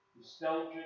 nostalgic